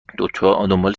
دنبال